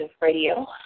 Radio